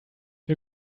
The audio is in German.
wir